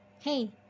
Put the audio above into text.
Hey